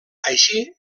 així